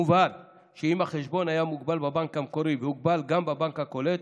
מובהר שאם החשבון היה מוגבל בבנק המקורי והוגבל גם בבנק הקולט,